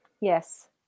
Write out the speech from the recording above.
Yes